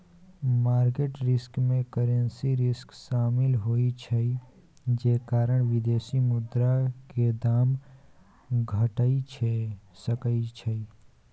market risk में currency risk शामिल होइ छइ जे कारण विदेशी मुद्रा के दाम घइट सकइ छइ